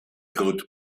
groot